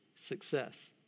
success